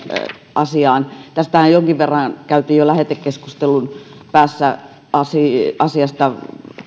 tästä asiastahan jonkin verran käytiin jo lähetekeskustelun päässä